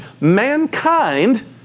mankind